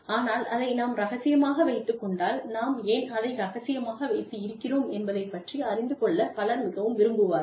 ஆனால் அதை நாம் ரகசியமாக வைத்துக் கொண்டால் நாம் ஏன் அதை ரகசியமாக வைத்து இருக்கிறோம் என்பதைப் பற்றி அறிந்து கொள்ள பலர் மிகவும் விரும்புவார்கள்